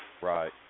Right